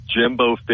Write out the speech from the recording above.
Jimbo